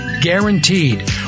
Guaranteed